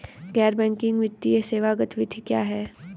गैर बैंकिंग वित्तीय सेवा गतिविधियाँ क्या हैं?